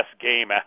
game